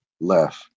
left